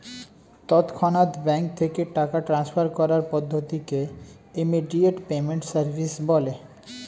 তৎক্ষণাৎ ব্যাঙ্ক থেকে টাকা ট্রান্সফার করার পদ্ধতিকে ইমিডিয়েট পেমেন্ট সার্ভিস বলে